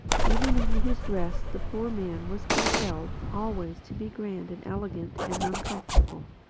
even in his dress the poor man was compelled always to be grand and elegant and uncomfortable.